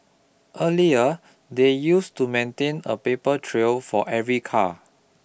earlier they used to maintain a paper trail for every car